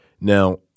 Now